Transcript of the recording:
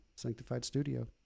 sanctifiedstudio